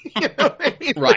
Right